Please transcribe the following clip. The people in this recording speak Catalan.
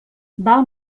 val